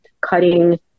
cutting